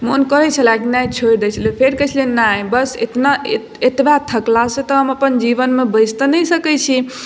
मोन कहैत छले कि नहि छोड़ि दैत छियै फेर कहैत छलियै नहि बस एतना एतबा थकलासँ हम अपना जीवनमे बैसि तऽ नहि सकैत छी